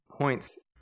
points